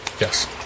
Yes